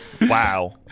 Wow